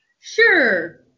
Sure